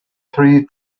three